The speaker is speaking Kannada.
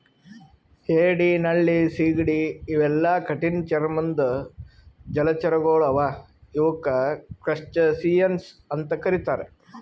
ಏಡಿ ನಳ್ಳಿ ಸೀಗಡಿ ಇವೆಲ್ಲಾ ಕಠಿಣ್ ಚರ್ಮದ್ದ್ ಜಲಚರಗೊಳ್ ಅವಾ ಇವಕ್ಕ್ ಕ್ರಸ್ಟಸಿಯನ್ಸ್ ಅಂತಾ ಕರಿತಾರ್